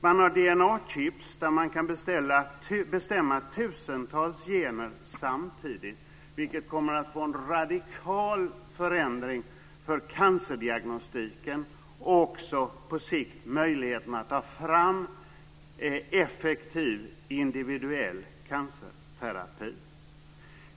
Man har tagit fram DNA-chips som kan typbestämma tusentals gener samtidigt, vilket kommer att leda till en radikal förändring av cancerdiagnostiken och på sikt även till möjligheter att ta fram en effektiv individuell cancerterapi.